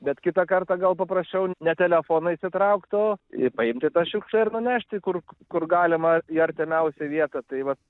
bet kitą kartą gal paprasčiau ne telefoną įsitraukt o į paimti tą šiukšlę ar nunešti kur kur galima į artimiausią vietą tai vat